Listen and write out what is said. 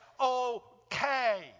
okay